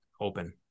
open